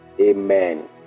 amen